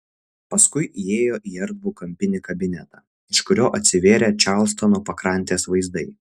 paskui įėjo į erdvų kampinį kabinetą iš kurio atsivėrė čarlstono pakrantės vaizdai